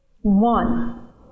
one